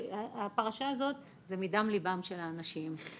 הפרשה הזאת זה מדם ליבם של האנשים.